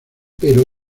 pero